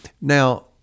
Now